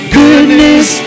goodness